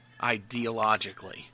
ideologically